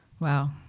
Wow